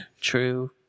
True